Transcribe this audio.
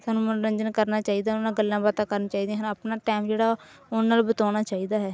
ਸਾਨੂੰ ਮਨੋਰੰਜਨ ਕਰਨਾ ਚਾਹੀਦਾ ਉਹਨਾਂ ਨਾਲ ਗੱਲਾਂ ਬਾਤਾਂ ਕਰਨ ਚਾਹੀਦੀਆਂ ਹਨ ਆਪਣਾ ਟਾਈਮ ਜਿਹੜਾ ਉਹਨਾਂ ਨਾਲ ਬਿਤਾਉਣਾ ਚਾਹੀਦਾ ਹੈ